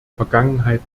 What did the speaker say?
vergangenheit